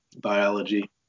biology